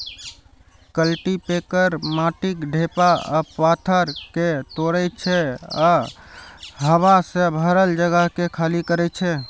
cultipacker माटिक ढेपा आ पाथर कें तोड़ै छै आ हवा सं भरल जगह कें खाली करै छै